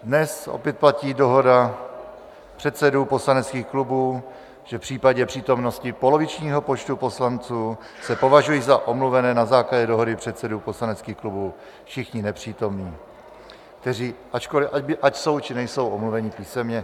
Dnes opět platí dohoda předsedů poslaneckých klubů, že v případě přítomnosti polovičního počtu poslanců se považují za omluvené na základě dohody předsedů poslaneckých klubů všichni nepřítomní, ať jsou, či nejsou omluveni písemně.